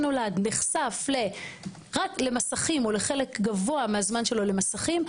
נחשף רק למסכים או לחלק גבוה מהזמן שלו למסכים,